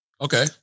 Okay